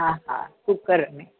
हा हा कुकर में